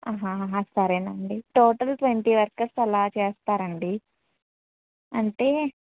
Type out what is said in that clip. ఆహాహా సరేనండి total twenty workers అలా చేస్తారండి అంటే